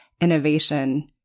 innovation